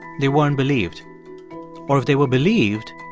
they weren't believed or if they were believed,